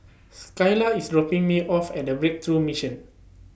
Skyla IS dropping Me off At Breakthrough Mission